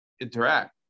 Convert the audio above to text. interact